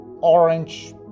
orange